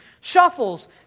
shuffles